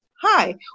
hi